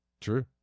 true